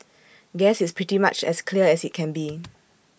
guess it's pretty much as clear as IT can be